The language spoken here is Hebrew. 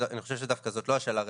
אני חושב שדווקא זאת לא השאלה הרלוונטית,